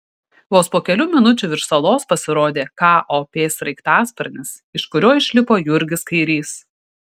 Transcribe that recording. vos po kelių minučių virš salos pasirodė kop sraigtasparnis iš kurio išlipo jurgis kairys